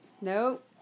Nope